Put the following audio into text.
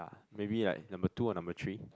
maybe like number two or number three